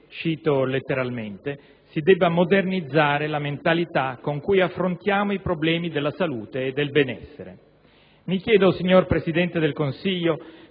cito letteralmente, si debba modernizzare la mentalità con cui affrontiamo i problemi della salute e del benessere. Mi chiedo, signor Presidente del Consiglio,